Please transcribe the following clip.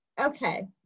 Okay